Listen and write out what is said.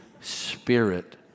Spirit